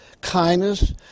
kindness